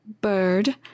bird